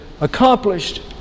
accomplished